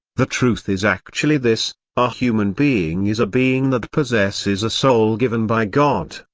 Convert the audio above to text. the truth is actually this a human being is a being that possesses a soul given by god,